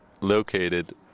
located